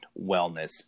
wellness